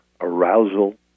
arousal